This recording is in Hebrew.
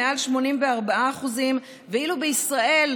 מעל 84.8%; ואילו בישראל,